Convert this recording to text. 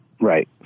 Right